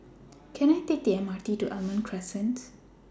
Can I Take The MRT to Almond Crescent